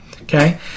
Okay